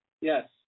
Yes